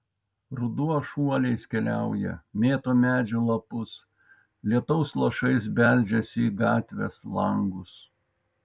ruduo šuoliais keliauja mėto medžių lapus lietaus lašais beldžiasi į gatves langus